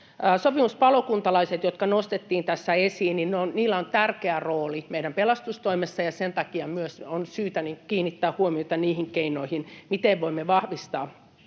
sopimuspalokuntalaisilla, jotka nostettiin tässä esiin, on tärkeä rooli meidän pelastustoimessa, ja sen takia myös on syytä kiinnittää huomiota niihin keinoihin, miten voimme vahvistaa